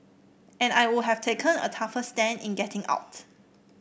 and I would have taken a tougher stand in getting out